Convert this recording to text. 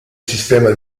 sistema